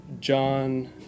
John